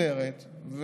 מסודרת,